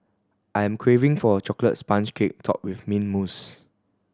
I'm craving for a chocolate sponge cake topped with mint mousse